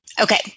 okay